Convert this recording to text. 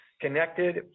connected